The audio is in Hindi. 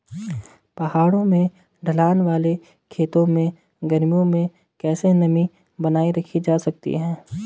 पहाड़ों में ढलान वाले खेतों में गर्मियों में कैसे नमी बनायी रखी जा सकती है?